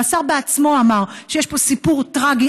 והשר עצמו אמר שיש פה סיפור טרגי,